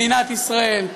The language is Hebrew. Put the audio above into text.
מדינת ישראל,